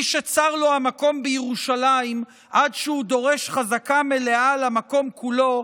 מי שצר לו המקום בירושלים עד שהוא דורש חזקה מלאה על המקום כולו,